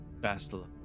Bastila